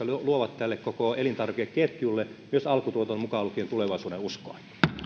luovat tälle koko elintarvikeketjulle myös alkutuotanto mukaan lukien tulevaisuudenuskoa